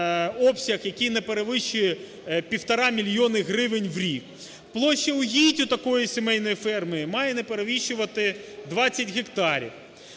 обсяг, який не перевищує півтора мільйони гривень в рік. Площа угідь у такої сімейної ферми має не перевищувати 20 гектарів.